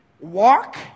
walk